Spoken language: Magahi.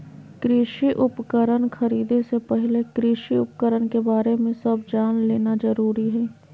कृषि उपकरण खरीदे से पहले कृषि उपकरण के बारे में सब जान लेना जरूरी हई